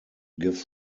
gives